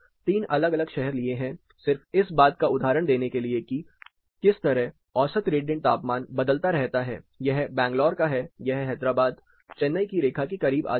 तीन अलग अलग शहर लिए हैं सिर्फ इस बात का उदाहरण देने के लिए कि किस तरह औसत रेडिएंट तापमान बदलता रहता है यह बैंगलोर का है यह हैदराबाद चेन्नई की रेखा के करीब आ जाता है